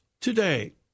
Today